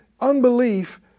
unbelief